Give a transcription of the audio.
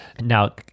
now